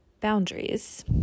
boundaries